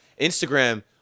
Instagram